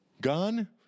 Gun